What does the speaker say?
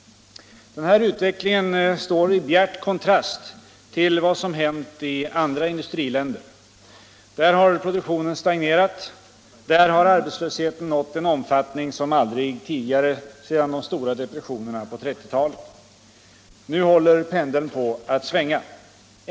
Den här utvecklingen står i bjärt kontrast till vad som hänt i andra industriländer. Där har produktionen stagnerat, där har arbetslösheten nått en omfattning som aldrig tidigare sedan de stora depressionerna på 1930-talet. Nu håller pendeln på att svänga.